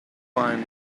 wine